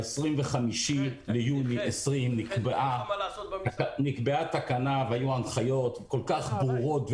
ב-25 ביוני 2020 נקבעה תקנה והיו הנחיות כל כך ברורות,